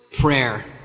prayer